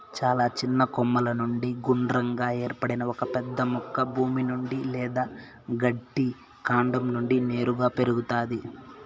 చాలా చిన్న కొమ్మల నుండి గుండ్రంగా ఏర్పడిన ఒక పెద్ద మొక్క భూమి నుండి లేదా గట్టి కాండం నుండి నేరుగా పెరుగుతాది